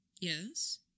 Yes